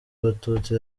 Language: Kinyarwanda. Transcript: abatutsi